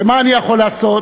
ומה אני יכול לעשות,